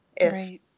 Right